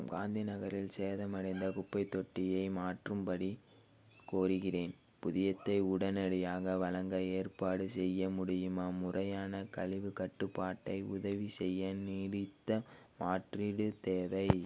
வணக்கம் காந்தி நகரில் சேதமடைந்த குப்பைத் தொட்டியை மாற்றும்படி கோருகிறேன் புதியதை உடனடியாக வழங்க ஏற்பாடு செய்ய முடியுமா முறையான கழிவுக் கட்டுப்பாட்டை உதவிசெய்ய நீடித்த மாற்றீடு தேவை